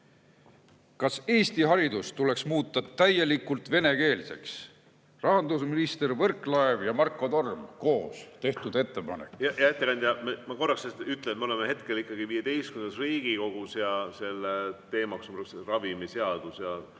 Kas Eesti haridus tuleks muuta täielikult venekeelseks? Rahandusminister Võrklaeva ja Marko Tormi koos tehtud ettepanek. Hea ettekandja, ma korraks ütlen, et me oleme hetkel ikkagi XV Riigikogus ja teemaks on praegu ravimiseadus ja